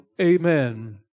Amen